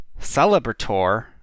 Celebrator